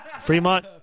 fremont